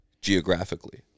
geographically